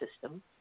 system